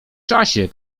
czasie